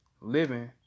living